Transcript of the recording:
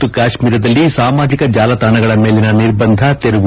ಜಮ್ಮು ಮತ್ತು ಕಾಶ್ಮೀರದಲ್ಲಿ ಸಾಮಾಜಿಕ ಜಾಲತಾಣಗಳ ಮೇಲಿನ ನಿರ್ಬಂಧ ತೆರವು